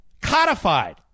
codified